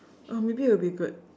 oh maybe you'll be good